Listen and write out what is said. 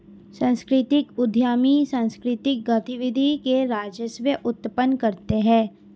सांस्कृतिक उद्यमी सांकृतिक गतिविधि से राजस्व उत्पन्न करते हैं